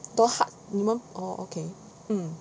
多 hard 你们 oh okay mm